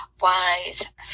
wise